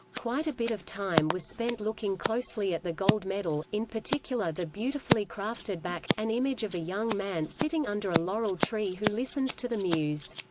quite a bit of time was spent looking closely at the gold medal, in particular the beautifully crafted back, an image of a young man sitting under a laurel tree who listens to the muse.